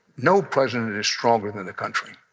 no president are stronger than the country.